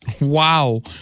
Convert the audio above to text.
Wow